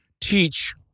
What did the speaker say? teach